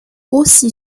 aussi